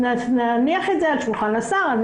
ונניח אותה על שולחן השר.